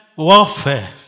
warfare